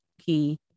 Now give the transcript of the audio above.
key